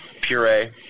puree